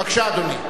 בבקשה, אדוני.